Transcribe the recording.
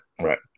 right